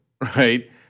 right